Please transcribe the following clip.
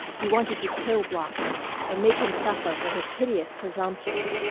he wanted to kill bloeckman and make him suffer for his hideous presumption.